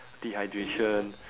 dehydration